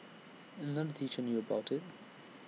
another teacher knew about IT